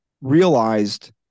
realized